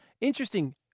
interesting